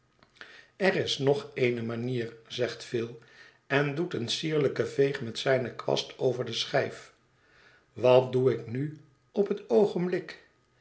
er is nog eene manier zegt phil en doet een sierlijken veeg met zijne kwast over de schijf wat doe ik nu op het oogenblik